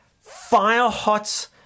fire-hot